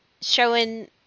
showing